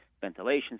ventilation